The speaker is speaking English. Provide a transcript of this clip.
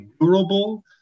durable